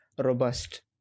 robust